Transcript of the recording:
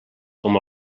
com